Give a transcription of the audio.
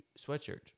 sweatshirt